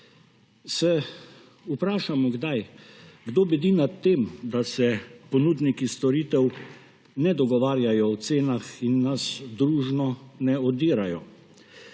Se vprašamo kdaj, kdo bedi nad tem, da se ponudniki storitev ne dogovarjajo o cenah in nas družno ne odirajo.